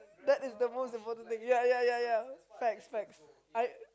that is the most important thing ya ya ya ya facts facts I